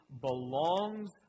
belongs